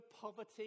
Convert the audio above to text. poverty